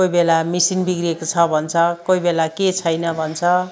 कोही बेला मेसिन बिग्रिएको छ भन्छ कोही बेला के छैन भन्छ